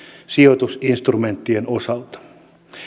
sijoitusinstrumenttien osalta